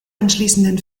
anschließenden